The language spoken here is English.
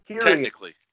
Technically